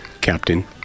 Captain